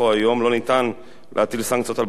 לא ניתן להטיל סנקציות על בעלי רשיונות